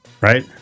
Right